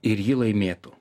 ir jį laimėtų